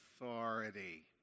authority